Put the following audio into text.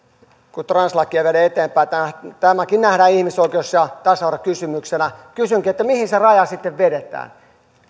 kun translakia viedään eteenpäin tämäkin nähdään ihmisoikeus ja tasa arvokysymyksenä kysynkin mihin se raja sitten vedetään